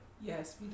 Yes